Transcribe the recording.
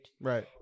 right